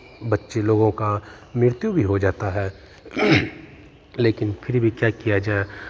बच्चे लोगों का मृत्यु भी हो जाता है लेकिन फिर भी क्या किया जाए